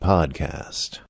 Podcast